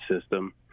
system